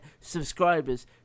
subscribers